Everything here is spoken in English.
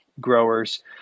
growers